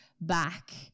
back